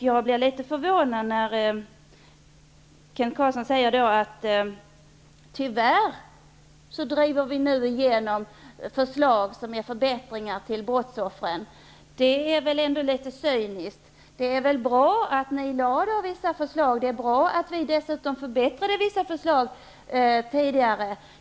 Jag blev litet förvånad över att Kent Carlsson sade att vi nu ''tyvärr'' driver igenom förslag som innebär förbättringar för brottsoffren. Det är väl ändå litet cyniskt. Det är väl bra att ni lade fram vissa förslag, och det är väl bra att vi dessutom har förbättrat vissa förslag.